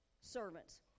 servants